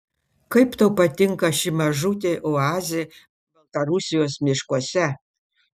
kaip tau patinka ši mažutė oazė baltarusijos miškuose